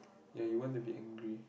ya you want to be angry